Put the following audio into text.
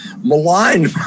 maligned